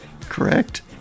correct